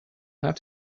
have